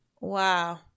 Wow